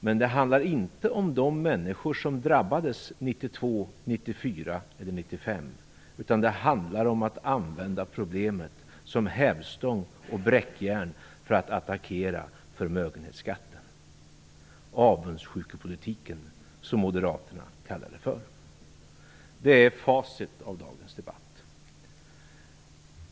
Men detta handlar inte om de människor som drabbades 1992, 1994 eller 1995 utan det handlar om att använda problemet som hävstång och bräckjärn för att attackera förmögenhetsskatten - avundsjukepolitiken, som Moderaterna kallar det för. Det är facit av dagens debatt.